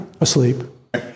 Asleep